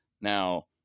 Now